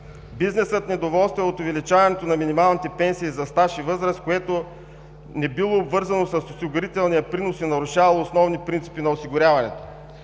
Бизнесът недоволства от увеличаването на минималните пенсии за стаж и възраст, което не било обвързано с осигурителния принос и нарушавало основни принципи на осигуряването.